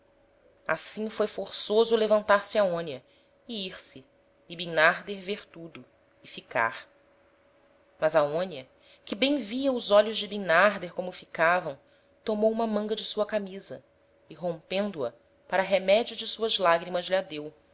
assim foi forçoso levantar-se aonia e ir-se e bimnarder vêr tudo e ficar mas aonia que bem via os olhos de bimnarder como ficavam tomou uma manga de sua camisa e rompendo a para remedio de suas lagrimas lh'a deu